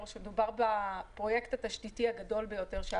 שמדובר בפרויקט התשתיתי הגדול ביותר שהיה